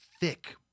thick